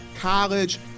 college